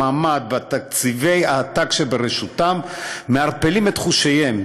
המעמד ותקציבי העתק שברשותם מערפלים את חושיהם,